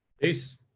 Peace